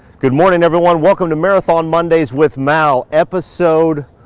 good morning everyone. welcome to marathon mondays with mal, episode,